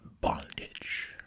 bondage